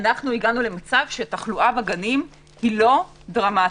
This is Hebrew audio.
הגענו למצב שתחלואה בגנים אינה דרמטית.